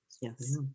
Yes